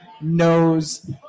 knows